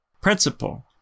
principle